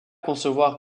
concevoir